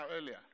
earlier